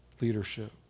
Leadership